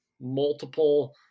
multiple